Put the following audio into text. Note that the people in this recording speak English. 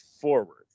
forward